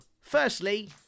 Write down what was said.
Firstly